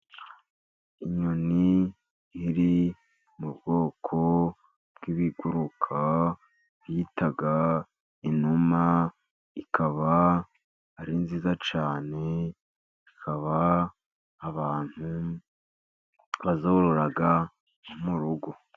Inyoni iri mu bwoko bw'ibiguruka bita inuma ikaba ari nziza cyane, ikaba abantu bazorora mu rugo.